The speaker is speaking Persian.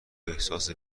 احساس